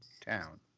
town